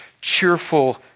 cheerful